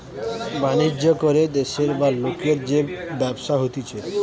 বাণিজ্য করে দেশের বা লোকের যে ব্যবসা হতিছে